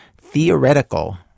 theoretical